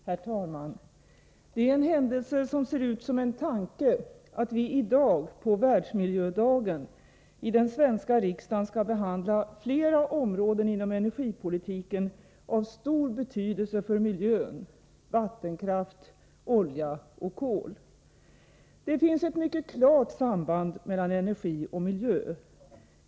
Herr talman! Det är en händelse som ser ut som en tanke att vi i dag, på Världsmiljödagen, i den svenska riksdagen skall behandla flera områden inom energipolitiken av stor betydelse för miljön — vattenkraft, olja och kol. Det finns ett mycket klart samband mellan energi och miljö.